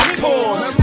pause